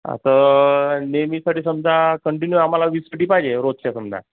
आता नेहमीसाठी समजा कंटिन्यू आम्हाला वीस पेटी पाहिजे रोजच्या समजा